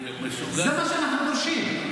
אני מסוגל --- זה מה שאנחנו דורשים.